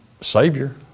savior